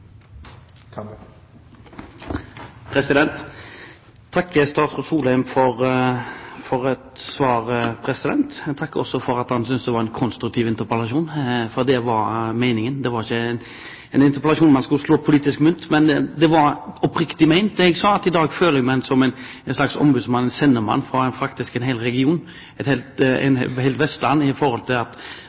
for svaret, og jeg takker også for at han syntes det var en konstruktiv interpellasjon, for det var meningen. Det var ikke en interpellasjon man skulle slå politisk mynt på, men det var oppriktig ment det jeg sa, at i dag føler jeg meg som en slags ombudsmann, sendemann, fra en hel region – hele Vestlandet i forhold til at man skriker om hjelp, i forhold til at